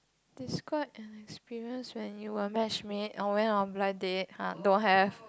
describe an experience when you were matchmaked or went on a blind date [huh] don't have